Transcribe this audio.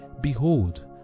behold